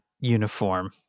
uniform